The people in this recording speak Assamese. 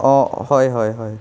হয় হয় হয়